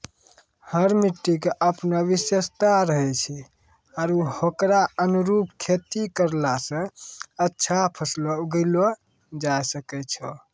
हर मिट्टी के आपनो विशेषता रहै छै आरो होकरो अनुरूप खेती करला स अच्छा फसल उगैलो जायलॅ सकै छो